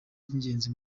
ry’ingenzi